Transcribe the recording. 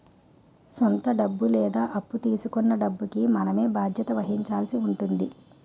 సొంత డబ్బు లేదా అప్పు తీసుకొన్న డబ్బుకి మనమే బాధ్యత వహించాల్సి ఉంటుంది